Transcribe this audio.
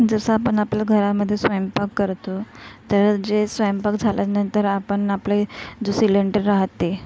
जसं आपण आपल्या घरामध्ये स्वयंपाक करतो तर जे स्वयंपाक झाल्यानंतर आपण आपले जो सिलेंडर राहते